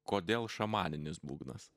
kodėl šamaninis būgnas